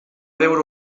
veure